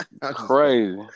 Crazy